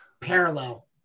parallel